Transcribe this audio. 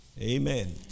Amen